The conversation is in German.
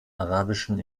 arabischen